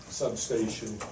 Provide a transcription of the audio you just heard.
substation